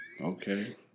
Okay